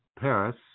Paris